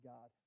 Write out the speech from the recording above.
God